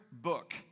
book